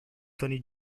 tony